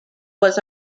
was